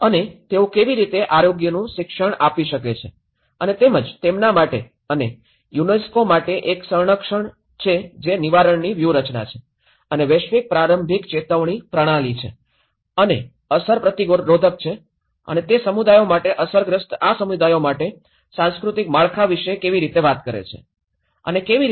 અને તેઓ કેવી રીતે આરોગ્યનું શિક્ષણ આપી શકે છે અને તેમજ તેમના માટે અને યુનેસ્કો માટે એક સંરક્ષણ છે જે નિવારણની વ્યૂહરચના છે અને વૈશ્વિક પ્રારંભિક ચેતવણી પ્રણાલી છે અને અસર પ્રતિરોધક છે અને તે સમુદાયો માટે અસરગ્રસ્ત આ સમુદાયો માટે સાંસ્કૃતિક માળખા વિશે કેવી રીતે વાત કરે છે અને કેવી રીતે